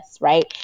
right